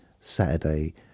Saturday